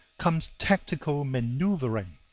comes tactical maneuvering,